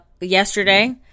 yesterday